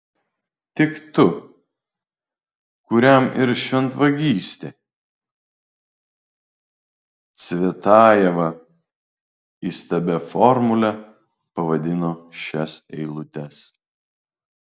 tik tu kuriam ir šventvagystė cvetajeva įstabia formule pavadino šias eilutes